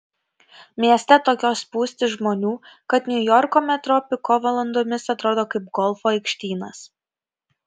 mieste tokios spūstys žmonių kad niujorko metro piko valandomis atrodo kaip golfo aikštynas